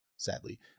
sadly